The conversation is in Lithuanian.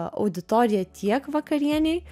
auditoriją tiek vakarienei